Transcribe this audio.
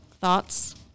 Thoughts